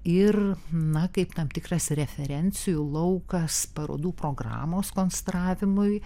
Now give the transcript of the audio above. ir na kaip tam tikras referencijų laukas parodų programos konstravimui